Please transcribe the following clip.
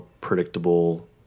predictable